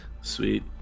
sweet